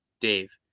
dave